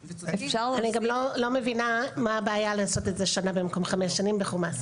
אני גם לא מבינה מה הבעיה לעשות את זה שנה במקום חמש שנים בחומ״ס.